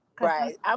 Right